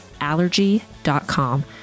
Allergy.com